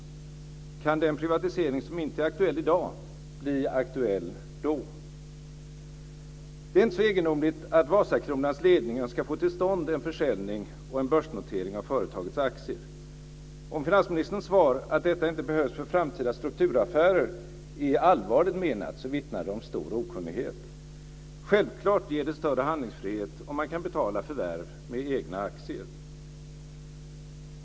Kan den privatisering som inte är aktuell i dag bli aktuell då? Det är inte så egendomligt att Vasakronans ledning önskar få till stånd en försäljning och en börsnotering av företagets aktier. Om finansministerns svar, att detta inte behövs för framtida strukturaffärer, är allvarligt menat, vittnar det om stor okunnighet. Självklart ger det större handlingsfrihet om man kan betala förvärv med egna aktier.